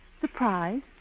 Surprise